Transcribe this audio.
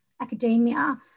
academia